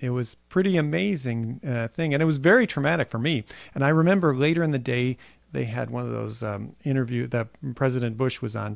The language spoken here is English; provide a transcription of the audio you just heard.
it was pretty amazing thing and it was very traumatic for me and i remember later in the day they had one of those interview that president bush was on